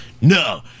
No